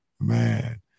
man